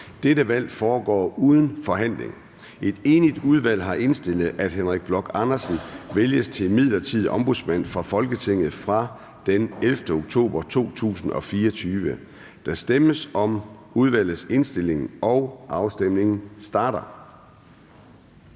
Dette valg foregår uden forhandling. Et enigt udvalg har indstillet, at Henrik Bloch Andersen vælges til midlertidig ombudsmand for Folketinget fra den 11. oktober 2024. Der stemmes om udvalgets indstilling, og afstemningen starter.